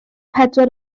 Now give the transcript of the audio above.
pedwar